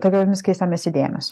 tokiomis keistomis idėjomis